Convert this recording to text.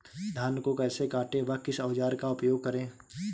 धान को कैसे काटे व किस औजार का उपयोग करें?